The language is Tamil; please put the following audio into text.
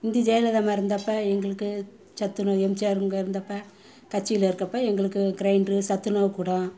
முந்தி ஜெயலலிதாம்மா இருந்தப்போ எங்களுக்கு சத்துணவு எம்ஜிஆருங்க இருந்தப்போ கட்சியில் இருக்கப்போ எங்களுக்கு க்ரைண்ட்ரு சத்துணவு கூடம்